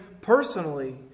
personally